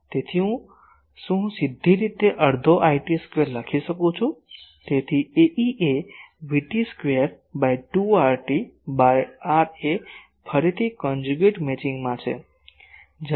તેથી શું હું સીધી રીતે અડધો IT સ્ક્વેર લખી શકું છું તેથી Ae એ VT square by 2 RT by RA ફરીથી કન્જુગેટ મેચિંગ માં છે